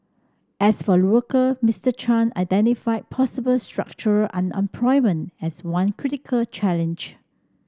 as for worker Mister Chan identified possible structural unemployment as one critical challenge